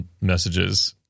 messages